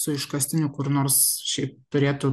su iškastiniu kur nors šiaip turėtų